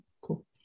cool